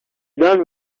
done